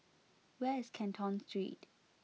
where is Canton Street